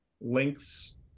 links